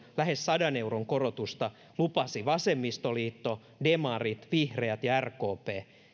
lähes sadan euron korotusta lupasivat vasemmistoliitto demarit vihreät ja rkp